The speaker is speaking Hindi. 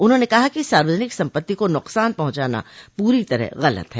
उन्होंन कहा कि सार्वजनिक सम्पत्ति को नुकसान पहुंचाना पूरी तरह गलत है